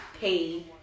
pay